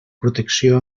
protecció